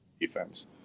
defense